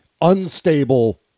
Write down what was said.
unstable